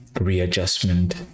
readjustment